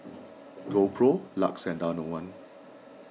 GoPro Lux and Danone